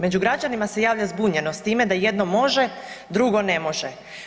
Među građanima se javlja zbunjenost time da jedno može, drugo ne može.